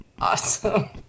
awesome